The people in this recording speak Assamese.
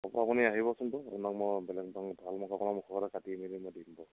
হ'ব আপুনি আহিবচোন আপোনাক মুখৰ আগতে কাটি মেলি দি দিম